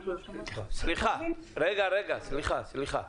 רגע, סליחה.